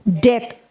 death